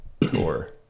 tour